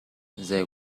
there